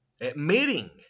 admitting